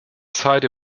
zeit